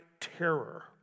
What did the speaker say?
terror